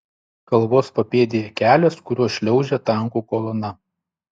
kalvos papėdėje kelias kuriuo šliaužia tankų kolona